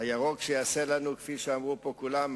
הירוק שיעשה לנו, כפי שאמרו פה כולם.